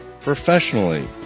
professionally